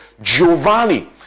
Giovanni